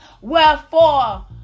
Wherefore